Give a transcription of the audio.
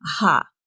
aha